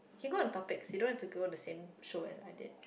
can go and topics you don't have to go the same show as I did